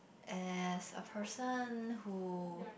as a person who